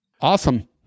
Awesome